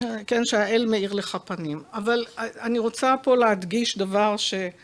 כן שהאל מאיר לך פנים, אבל אני רוצה פה להדגיש דבר ש...